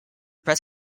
press